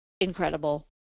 incredible